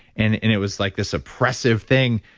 and it was like this oppressive thing.